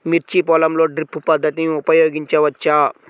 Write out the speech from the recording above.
మిర్చి పొలంలో డ్రిప్ పద్ధతిని ఉపయోగించవచ్చా?